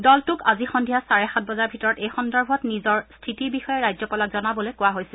দলটোক আজি সন্ধিয়া চাৰে সাত বজাৰ ভিতৰত এই সন্দৰ্ভত নিজৰ স্থিতিৰ বিষয়ে ৰাজ্যপালক জনাবলৈ কোৱা হৈছে